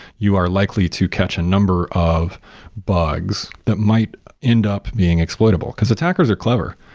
you are likely to catch a number of bugs that might end up being exploitable, because attackers are clever,